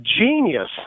genius